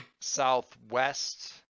Southwest